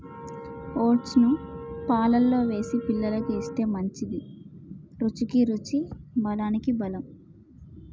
oats ను పాలల్లో వేసి పిల్లలకు ఇస్తే మంచిది, రుచికి రుచి బలానికి బలం